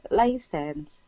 license